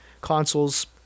consoles